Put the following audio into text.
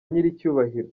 nyiricyubahiro